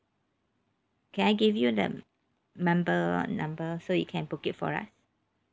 can I give you the member number so you can book it for us